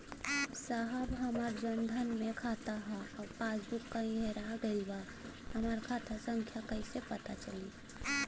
साहब हमार जन धन मे खाता ह अउर पास बुक कहीं हेरा गईल बा हमार खाता संख्या कईसे पता चली?